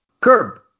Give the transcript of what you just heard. curb